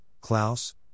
Klaus